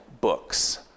Books